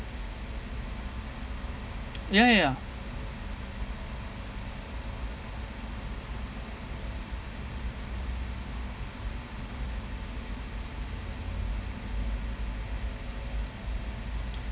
ya ya